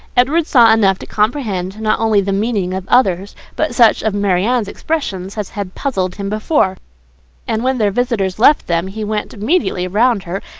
edward saw enough to comprehend, not only the meaning of others, but such of marianne's expressions as had puzzled him before and when their visitors left them, he went immediately round her,